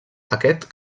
aquest